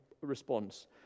response